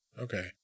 Okay